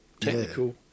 technical